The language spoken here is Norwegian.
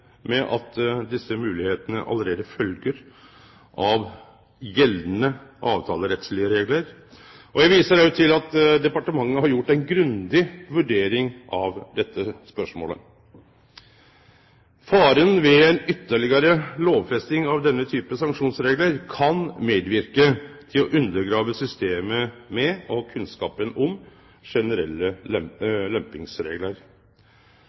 at desse moglegheitene allereie følgjer av gjeldande avtalerettslege reglar. Eg viser òg til at departementet har gjort ei grundig vurdering av dette spørsmålet. Faren er at ytterlegare lovfesting av denne type sanksjonsreglar kan medverke til å undergrave systemet med og kunnskapen om generelle